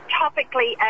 topically